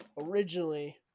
originally